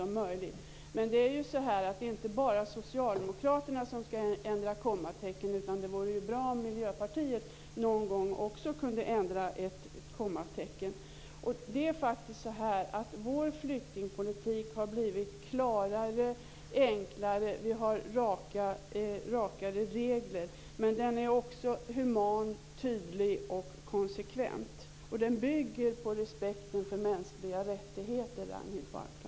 Men det är inte bara Socialdemokraterna som skall ändra kommatecken, utan det vore bra om också Miljöpartiet någon gång kunde ändra ett kommatecken. Vår flyktingpolitik har blivit klarare, enklare och har fått rakare regler. Men den är också human, tydlig och konsekvent. Den bygger på respekten för mänskliga rättigheter, Ragnhild Pohanka.